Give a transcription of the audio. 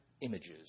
images